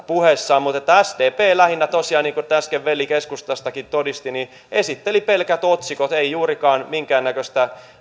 puheissaan mutta sdp lähinnä tosiaan niin kuin äsken veli keskustastakin todisti esitteli pelkät otsikot ei juurikaan minkäännäköistä